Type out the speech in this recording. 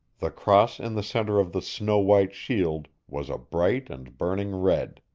the cross in the center of the snow-white shield was a bright and burning red.